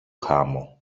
χάμω